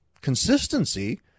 consistency